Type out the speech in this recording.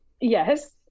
yes